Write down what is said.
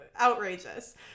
outrageous